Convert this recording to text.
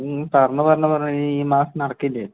നീ പറഞ്ഞ് പറഞ്ഞ് പറഞ്ഞ് ഇനി ഈ മാസം നടക്കില്ലേ